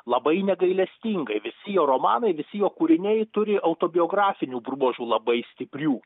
labai negailestingai visi jo romanai visi jo kūriniai turi autobiografinių bruožų labai stiprių